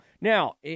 Now